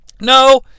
No